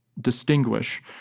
distinguish